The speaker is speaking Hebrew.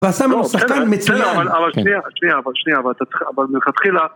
ועשה ממנו שחקן מצוין אבל שנייה אבל שנייה אבל לכתחילה